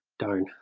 darn.